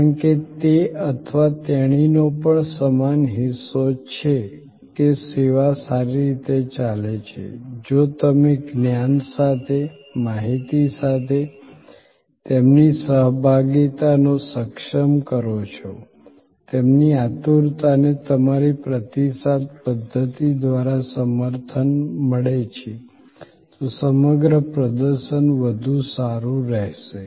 કારણ કે તે અથવા તેણીનો પણ સમાન હિસ્સો છે કે સેવા સારી રીતે ચાલે છે જો તમે જ્ઞાન સાથે માહિતી સાથે તેમની સહભાગિતાને સક્ષમ કરો છો તેમની આતુરતાને તમારી પ્રતિસાદ પદ્ધતિ દ્વારા સમર્થન મળે છે તો સમગ્ર પ્રદર્શન વધુ સારું રહેશે